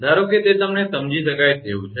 ધારો કે તે તમને સમજી શકાય તેવું છે